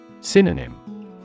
Synonym